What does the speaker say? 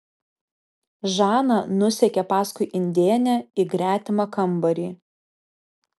žana nusekė paskui indėnę į gretimą kambarį